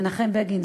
מנחם בגין,